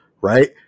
right